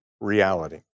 reality